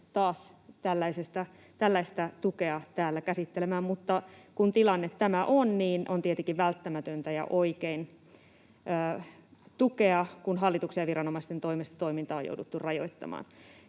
tällaista tukea täällä käsittelemään, mutta kun tilanne on tämä, niin on tietenkin välttämätöntä ja oikein tukea, kun hallituksen ja viranomaisten toimesta toimintaa on jouduttu rajoittamaan.